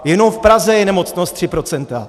Jenom v Praze je nemocnost 3 %.